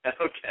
Okay